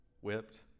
whipped